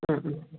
ആ ആ ആ